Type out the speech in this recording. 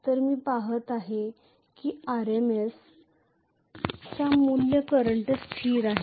तर मी पाहत आहे की RMS चा मूल्य करंट स्थिर आहे